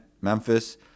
Memphis